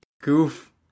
Goof